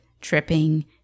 tripping